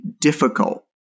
difficult